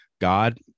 God